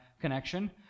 connection